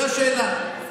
זו השאלה.